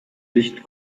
licht